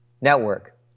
Network